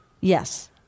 Yes